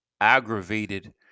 aggravated